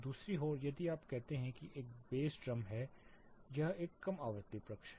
दूसरी ओर यदि आप कहते हैं कि एक बास ड्रम यह एक कम आवृत्ति पक्ष है